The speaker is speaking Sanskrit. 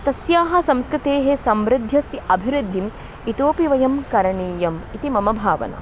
तस्याः संस्कृतेः समृद्धेः अभिवृद्धिम् इतोपि वयं करणीयम् इति मम भावना